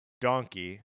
Donkey